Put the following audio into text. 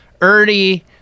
Ernie